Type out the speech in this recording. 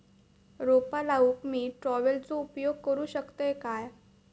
रोपा लाऊक मी ट्रावेलचो उपयोग करू शकतय काय?